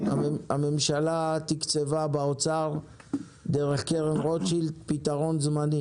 הממשלה תקצבה באוצר דרך קרן רוטשילד פתרון זמני